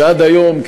כי עד היום,